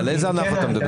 אם כן היה ניתן לראות,